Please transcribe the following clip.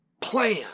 plan